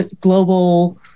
global